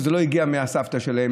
שזה לא הגיע מהסבתא שלהם,